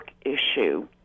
issue